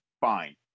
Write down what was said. Fine